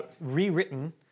rewritten